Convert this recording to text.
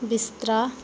ਬਿਸਤਰਾ